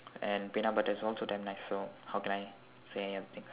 and peanut butter is also damn nice so how can I say any other things